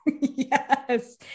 Yes